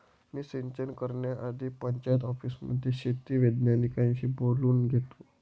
मी सिंचन करण्याआधी पंचायत ऑफिसमध्ये शेती वैज्ञानिकांशी बोलून घेतो